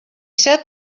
sat